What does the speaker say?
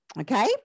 okay